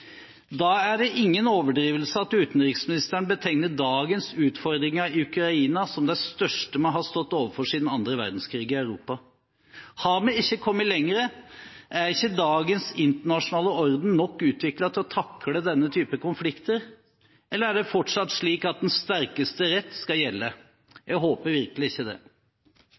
Da er det er ingen overdrivelse at utenriksministeren betegner dagens utfordringer i Ukraina som de største vi har stått overfor i Europa siden annen verdenskrig. Har vi ikke kommet lenger? Er ikke dagens internasjonale orden nok utviklet til å takle denne type konflikter, eller er det fortsatt slik at den sterkestes rett skal gjelde? Jeg håper virkelig ikke det.